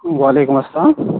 وَعلیکُم اَسلام